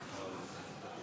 גברתי היושבת-ראש,